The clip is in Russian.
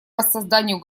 воссозданию